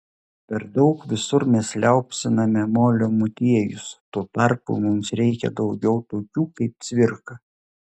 per daug visur mes liaupsiname molio motiejus tuo tarpu mums reikia daugiau tokių kaip cvirka